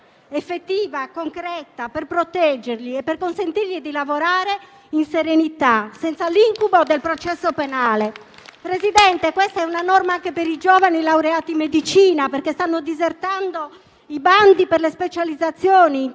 effettiva e concreta per proteggerli e per consentire loro di lavorare in serenità, senza l'incubo del processo penale. Presidente, questa è una norma anche per i giovani laureati in medicina perché stanno disertando i bandi per le specializzazioni,